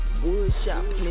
Woodshop